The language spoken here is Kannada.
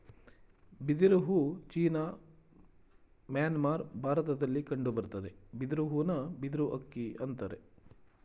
ಬಿದಿರು ಹೂ ಚೀನಾ ಮ್ಯಾನ್ಮಾರ್ ಭಾರತದಲ್ಲಿ ಕಂಡುಬರ್ತದೆ ಬಿದಿರು ಹೂನ ಬಿದಿರು ಅಕ್ಕಿ ಅಂತರೆ